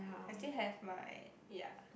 I still have my ya